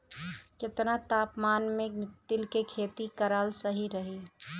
केतना तापमान मे तिल के खेती कराल सही रही?